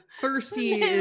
thirsty